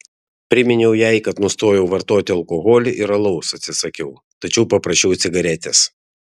priminiau jai kad nustojau vartoti alkoholį ir alaus atsisakiau tačiau paprašiau cigaretės